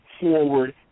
forward